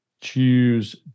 choose